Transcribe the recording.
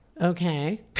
okay